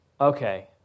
okay